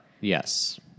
yes